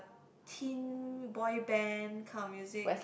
team boy band kind of music